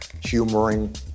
humoring